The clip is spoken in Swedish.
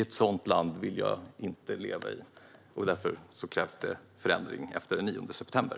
Ett sådant land vill jag inte leva i, och därför krävs förändring efter den 9 september.